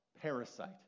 parasite